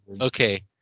okay